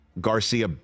Garcia